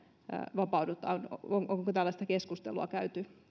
vapaudumme onko tällaista keskustelua käyty